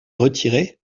retiré